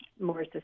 more